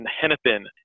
Hennepin